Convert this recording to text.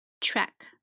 Track